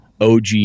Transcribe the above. OG